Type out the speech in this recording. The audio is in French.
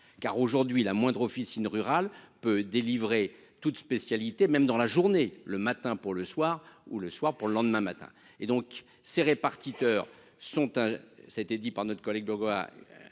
Aujourd’hui, la moindre officine rurale peut délivrer toutes les spécialités dans la journée, le matin pour le soir ou le soir pour le lendemain matin. Ces répartiteurs, comme l’a dit notre collègue Burgoa,